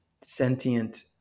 sentient